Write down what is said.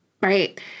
right